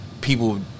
people